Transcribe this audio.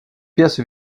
pièces